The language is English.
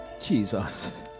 Jesus